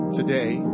today